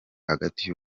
hagati